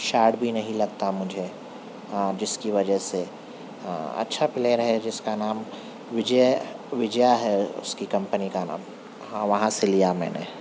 shot بھی نہیں لگتا مجھے ہاں جس کی وجہ سے ہاں اچھا پلیئر ہے جس کا نام وجے وجیا ہے اس کی کمپنی کا نام ہاں وہاں سے لیا میں نے